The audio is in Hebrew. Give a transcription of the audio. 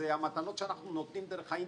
זה המתנות שאנחנו נותנים דרך האינטרנט.